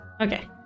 okay